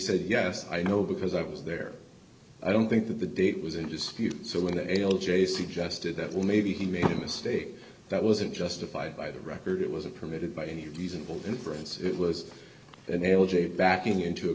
said yes i know because i was there i don't think that the date was in dispute so when l j suggested that well maybe he made a mistake that wasn't justified by the record it was a permitted by any reasonable inference it was an l j backing into a